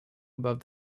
above